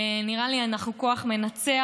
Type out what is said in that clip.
נראה לי שאנחנו כוח מנצח.